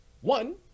One